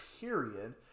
period